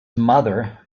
mother